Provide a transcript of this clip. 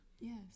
yes